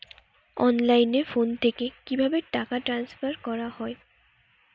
অনলাইনে ফোন থেকে কিভাবে টাকা ট্রান্সফার করা হয়?